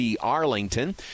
Arlington